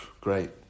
great